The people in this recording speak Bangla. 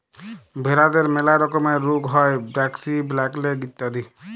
ভেরাদের ম্যালা রকমের রুগ হ্যয় ব্র্যাক্সি, ব্ল্যাক লেগ ইত্যাদি